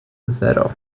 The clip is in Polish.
zero